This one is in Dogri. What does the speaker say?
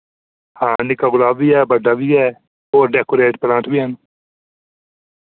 हां निक्का गुलाब बी ऐ बड्डा बी ऐ और डैकोरेट प्लांट बी हैन